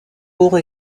court